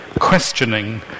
questioning